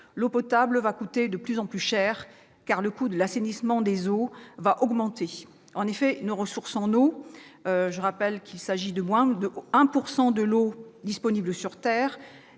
l'eau potable va coûter de plus en plus cher, car le coût de l'assainissement va augmenter. En effet, nos ressources en eau- je rappelle qu'il s'agit de moins de 1 % de l'eau disponible sur Terre